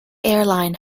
airline